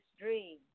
dream